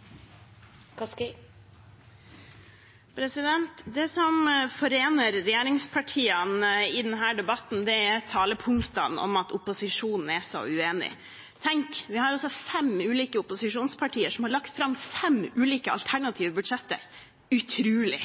om at opposisjonen er så uenig. Tenk, vi har altså fem ulike opposisjonspartier som har lagt fram fem ulike alternative budsjetter – utrolig!